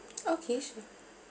okay sure